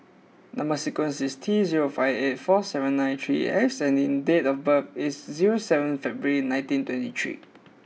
number sequence is T zero five eight four seven nine three X and date of birth is zero seven February nineteen twenty three